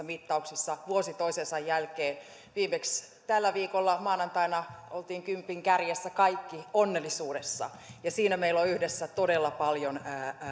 mittauksissa vuosi toisensa jälkeen viimeksi tällä viikolla maanantaina oltiin kaikki kympin kärjessä onnellisuudessa siinä meillä on yhdessä todella paljon